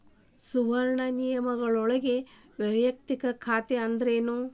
ಸುವರ್ಣ ನಿಯಮಗಳೊಳಗ ವಯಕ್ತಿಕ ಖಾತೆ ಅಂದ್ರೇನ